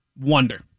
wonder